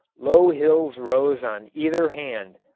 low hills rose on either hand,